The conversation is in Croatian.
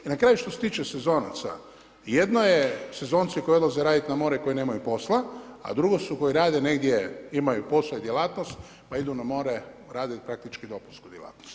I na kraju što se tiče sezonaca, jedno je sezonci koji odlaze raditi na more koji nemaju posla, a drugo su koji rade negdje, imao posao i djelatnost pa idu na more raditi praktički dopunsku djelatnost.